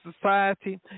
society